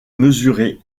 mesurer